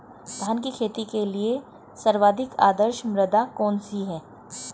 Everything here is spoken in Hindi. धान की खेती के लिए सर्वाधिक आदर्श मृदा कौन सी है?